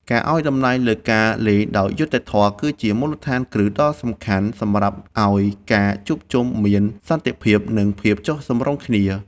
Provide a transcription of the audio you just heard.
ការឱ្យតម្លៃលើការលេងដោយយុត្តិធម៌ គឺជាមូលដ្ឋានគ្រឹះដ៏សំខាន់សម្រាប់ឱ្យការជួបជុំគ្នាមានសន្តិភាព និងភាពចុះសម្រុងគ្នា។